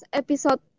episode